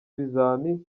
ibizami